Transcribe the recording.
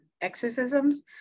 exorcisms